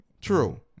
True